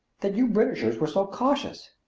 that you britishers were so cautious!